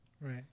right